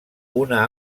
una